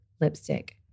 lipstick